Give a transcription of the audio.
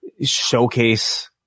showcase